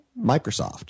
Microsoft